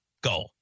go